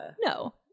No